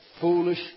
foolish